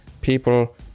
people